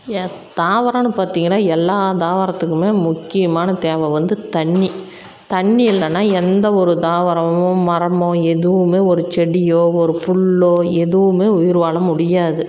தாவரம்னு பார்த்திங்கன்னா எல்லா தாவரத்துக்கும் முக்கியமான தேவை வந்து தண்ணி தண்ணி இல்லைன்னா எந்த ஒரு தாவரமோ மரமோ எதுவும் ஒரு செடியோ ஒரு புல்லோ எதுவும் உயிர் வாழ முடியாது